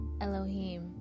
Elohim